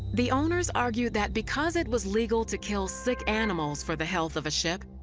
the owners argued that because it was legal to kill sick animals for the health of a ship,